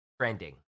trending